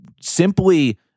simply